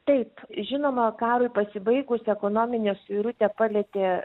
taip žinoma karui pasibaigus ekonominė suirutė palietė